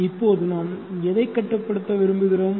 இப்போது நாம் எதை கட்டுப்படுத்த விரும்புகிறோம்